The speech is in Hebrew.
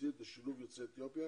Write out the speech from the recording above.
הממשלתית לשילוב יוצאי אתיופיה